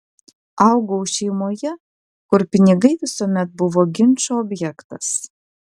augau šeimoje kur pinigai visuomet buvo ginčo objektas